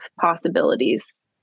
possibilities